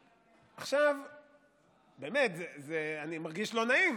עכשיו, באמת, אני מרגיש לא נעים.